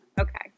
Okay